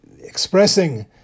expressing